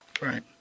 Right